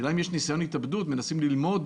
השאלה היא האם במקרה של ניסיון התאבדות מנסים ללמוד